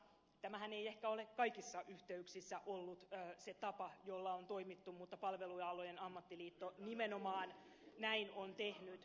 tämähän ei ehkä ole kaikissa yhteyksissä ollut se tapa jolla on toimittu mutta palvelualojen ammattiliitto nimenomaan näin on tehnyt